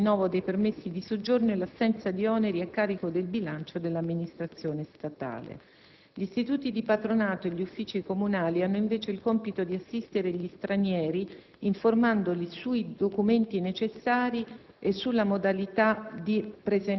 la riduzione dei tempi di rilascio e rinnovo dei permessi di soggiorno e l'assenza di oneri a carico del bilancio dell'amministrazione statale. Gli Istituti di patronato e gli uffici comunali hanno, invece, il compito di assistere gli stranieri, informandoli sui documenti necessari